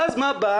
ואז מה עושים?